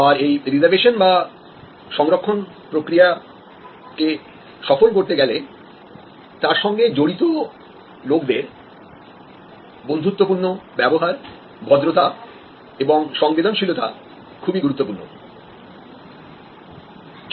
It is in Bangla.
আর এই রিজার্ভেশন প্রক্রিয়াটিকে সফল করতে গেলে তার সঙ্গে জড়িত লোকদের বন্ধুত্বপূর্ণ ব্যবহার ভদ্রতা এবং সংবেদনশীলতা খুবই গুরুত্বপূর্ণ